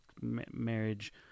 marriage